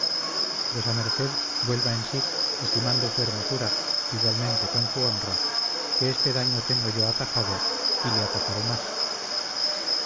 escarmiento vuesa merced vuelva en sí estimando su hermosura igualmente con su honra que este daño tengo yo atajado y le atajaré más